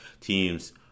Teams